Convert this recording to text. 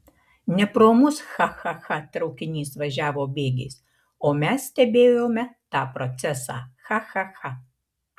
ne pro mus cha cha cha traukinys važiavo bėgiais o mes stebėjome tą procesą cha cha cha